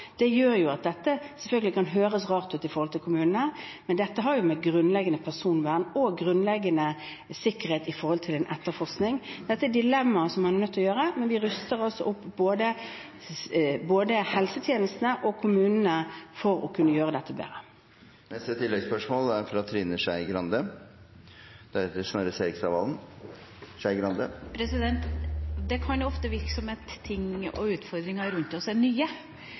gjør at dette selvfølgelig kan høres rart ut når det gjelder kommunene, men det har å gjøre med grunnleggende personvern og grunnleggende sikkerhet i forbindelse med etterforskning. Dette er et dilemma, men vi ruster nå opp både helsetjenestene og kommunene for å kunne gjøre dette bedre. Trine Skei Grande – til oppfølgingsspørsmål. Det kan ofte virke som om ting og utfordringer rundt oss er nye,